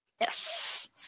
Yes